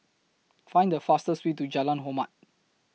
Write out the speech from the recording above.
Find The fastest Way to Jalan Hormat